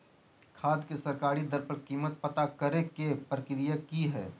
खाद के सरकारी दर पर कीमत पता करे के प्रक्रिया की हय?